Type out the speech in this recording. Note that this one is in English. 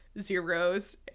zeros